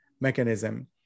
mechanism